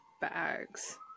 bags